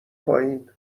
پایین